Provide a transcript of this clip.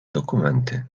dokumenty